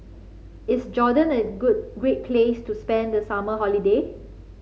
is Jordan a great place to spend the summer holiday